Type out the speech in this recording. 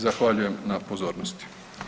Zahvaljujem na pozornosti.